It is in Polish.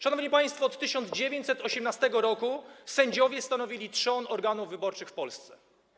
Szanowni państwo, od 1918 r. sędziowie stanowili trzon organów wyborczych w Polsce.